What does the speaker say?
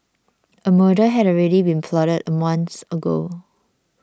a murder had already been plotted a month ago